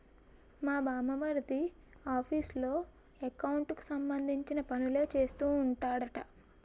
నా బావమరిది ఆఫీసులో ఎకౌంట్లకు సంబంధించిన పనులే చేస్తూ ఉంటాడట